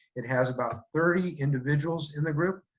it has about thirty individuals in the group.